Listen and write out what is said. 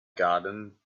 garden